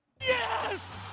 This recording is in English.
Yes